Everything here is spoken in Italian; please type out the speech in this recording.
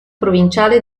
provinciale